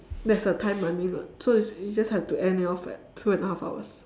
there's a time running [what] so you just have to end it off at two and half hours